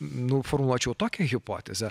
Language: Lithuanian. nu formuluočiau tokią hipotezę